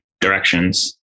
directions